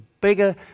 bigger